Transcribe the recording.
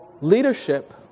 Leadership